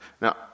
Now